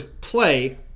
play